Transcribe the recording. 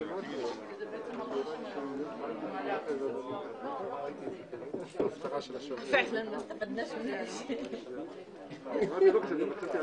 11:41.